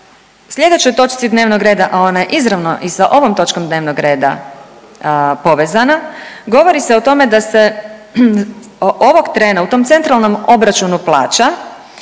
sljedećoj točci dnevnog reda, a ona je izravno i sa ovom točkom dnevnog reda povezana, govori se o tome da se ovog trena u tom COP-u navode zapravo